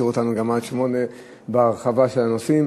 היית משאיר אותנו גם עד 20:00 בהרחבה של הנושאים.